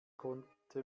konnte